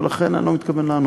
ולכן אני לא מתכוון לענות עליה.